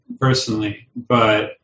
personally—but